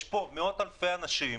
יש פה מאות-אלפי אנשים